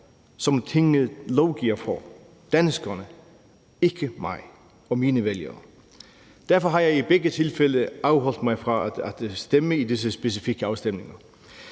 som Tinget lovgiver for – danskerne, ikke mig og mine vælgere. Derfor har jeg i begge tilfælde afholdt mig fra at stemme ved disse specifikke afstemninger.